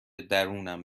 درونم